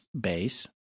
base